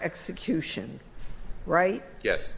execution right yes